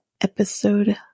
episode